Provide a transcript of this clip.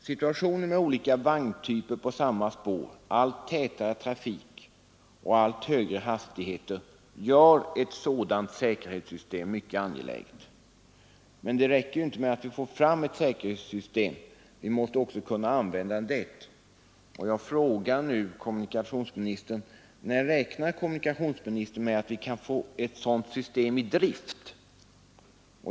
Situationen med olika vagntyper på samma spår, allt tätare trafik och allt högre hastigheter gör ett sådant säkerhetssystem mycket angeläget. Men det räcker inte med att vi får fram ett säkerhetssystem; vi måste också kunna använda det. Jag frågar därför: När räknar kommunikationsministern med att vi kan få ett sådant system i drift?